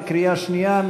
בקריאה שנייה.